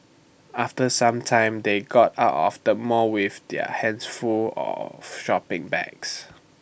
after some time they got out of the mall with their hands full of shopping bags